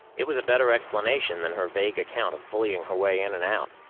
it was a better explanation than her vague account of bullying her way in and out.